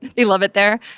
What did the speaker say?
they love it there.